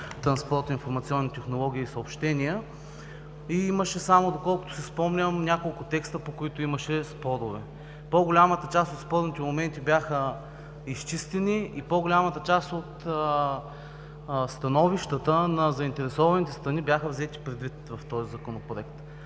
транспорт, информационни технологии и съобщения и имаше само, доколкото си спомням, няколко текста, по които имаше спорове. По-голямата част от спорните моменти бяха изчистени и по-голямата част от становищата на заинтересованите страни бяха взети предвид в този Законопроект.